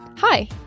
Hi